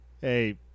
hey